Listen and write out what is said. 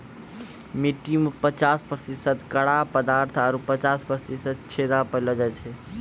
मट्टी में पचास प्रतिशत कड़ा पदार्थ आरु पचास प्रतिशत छेदा पायलो जाय छै